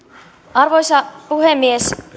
arvoisa puhemies